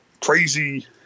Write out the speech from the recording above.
crazy